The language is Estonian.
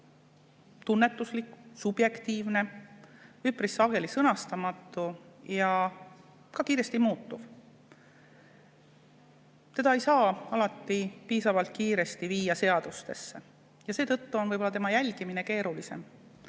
tunnetuslik, subjektiivne, üpris sageli sõnastamatu ja ka kiiresti muutuv. Teda ei saa alati piisavalt kiiresti seadustesse viia ja seetõttu võib tema jälgimine olla keerulisem.